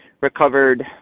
recovered